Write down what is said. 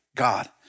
God